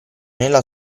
nella